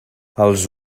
els